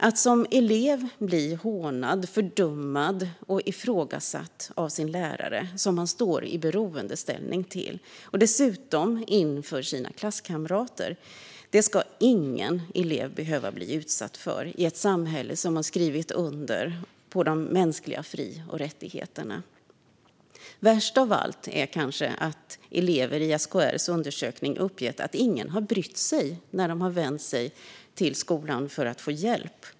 Att som elev bli hånad, fördummad och ifrågasatt av sin lärare, som man står i beroendeställning till, dessutom inför sina klasskamrater, ska ingen behöva bli utsatt för i ett samhälle som har skrivit under på de mänskliga fri och rättigheterna. Värst av allt är kanske att elever i SKR:s undersökning har uppgett att ingen har brytt sig när de har vänt sig till skolan för att få hjälp.